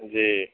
جی